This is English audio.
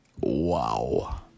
Wow